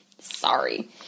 Sorry